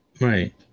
Right